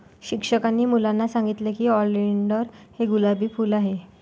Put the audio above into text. शिक्षकांनी मुलांना सांगितले की ऑलिंडर हे गुलाबी फूल आहे